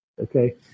Okay